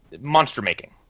monster-making